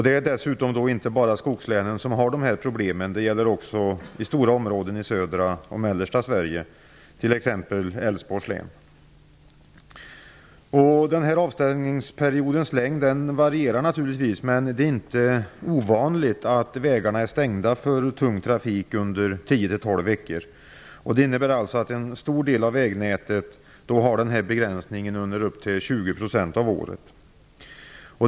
Det är dessutom inte bara skogslänen som har dessa problem. Det gäller också stora områden i södra och mellersta Sverige, t.ex. Älvsborgs län. Avstängningsperiodens längd varierar givetvis. Men det är inte ovanligt att vägarna är stängda för tung trafik under 10--12 veckor. Det innebär att en stor del av vägnätet har denna begränsning under ca 20 % av året.